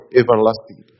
everlasting